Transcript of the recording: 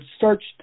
searched